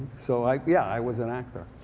so like yeah i was an actor.